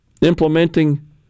implementing